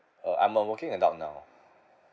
uh I'm a working adult now